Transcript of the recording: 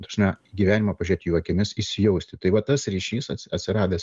ta prasme į gyvenimą pažiūrėti jų akimis įsijausti tai va tas ryšys atsiradęs